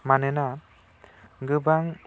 मानोना गोबां